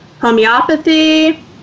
homeopathy